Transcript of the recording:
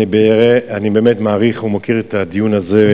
אני באמת מעריך ומוקיר את הדיון הזה,